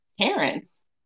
parents